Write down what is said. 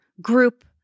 group